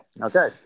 Okay